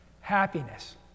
happiness